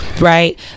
Right